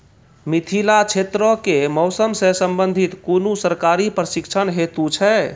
मिथिला क्षेत्रक कि मौसम से संबंधित कुनू सरकारी प्रशिक्षण हेतु छै?